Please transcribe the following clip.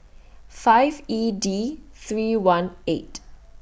five E D three one eight